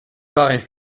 barré